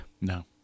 No